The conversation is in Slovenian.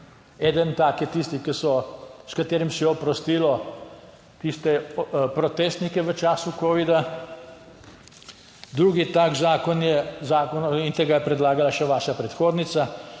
Eden tak je tisti, s katerim se je oprostilo tiste protestnike v času covida, drugi tak zakon je zakon in tega je predlagala še vaša predhodnica.